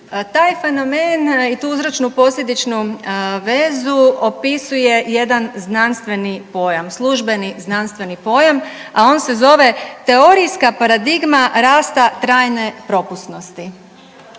Taj fenomen i tu uzročno posljedičnu vezu opisuje jedan znanstveni pojam, službeni znanstveni pojam, a on se zove teorijska paradigma rasta trajne propusnosti.